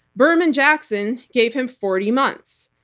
berman jackson gave him forty months.